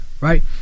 right